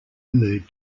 mood